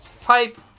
Pipe